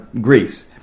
Greece